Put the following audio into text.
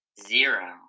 zero